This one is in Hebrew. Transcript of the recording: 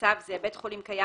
הגדרות בצו זה "בית חולים קיים",